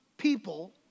people